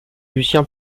lucien